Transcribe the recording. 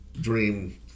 dream